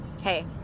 hey